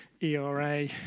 ERA